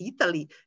Italy